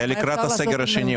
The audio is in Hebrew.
זה לקראת הסגר השני,